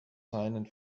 silent